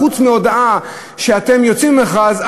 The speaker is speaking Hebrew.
חוץ מהודעה שאתם יוצאים למכרז,